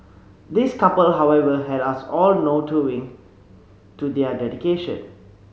this couple however had us all to their dedication